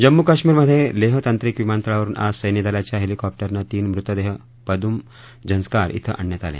जम्मू कश्मिरमध्ये लेह तांत्रिक विमानतळावरुन आज सैन्य दलाच्या हेलिकॉप उनं तीन मृतदेह पदुम झन्सकार डिं आणण्यात आलं